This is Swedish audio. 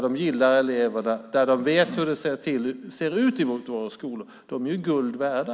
De gillar eleverna. De vet hur det ser ut i våra skolor. De är guld värda.